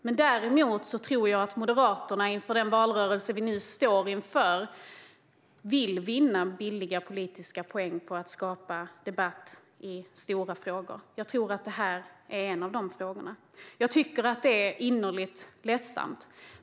Jag tror däremot att Moderaterna, inför den valrörelse vi står inför, vill vinna billiga politiska poäng på att skapa debatt i stora frågor, och jag tror att det här är en av de frågorna. Det är oerhört ledsamt.